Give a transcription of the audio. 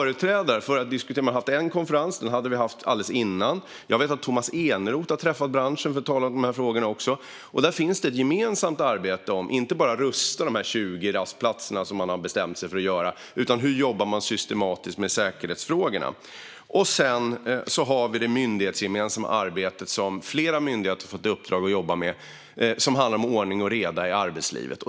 Man hade haft en konferens alldeles innan, och jag vet att Tomas Eneroth har träffat branschen för att tala om dessa frågor. Det finns ett gemensamt arbete, inte bara om att rusta de 20 rastplatser man har bestämt sig för att rusta, utan om hur man jobbar systematiskt med säkerhetsfrågorna. Vi har även det myndighetsgemensamma arbetet för flera myndigheter som handlar om ordning och reda i arbetslivet.